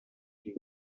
three